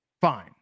fine